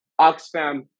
Oxfam